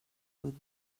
with